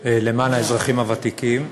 למען האזרחים הוותיקים.